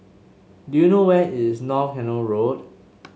do you know where is North Canal Road